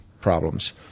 problems